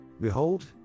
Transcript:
Behold